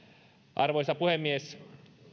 arvoisa puhemies